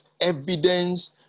evidence